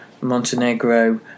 Montenegro